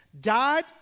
died